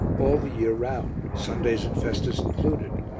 all the year round, sundays and festas included,